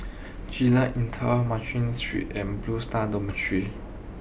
Jalan Intan Mcnally Street and Blue Stars Dormitory